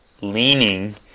leaning